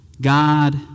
God